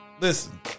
listen